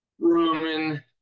Roman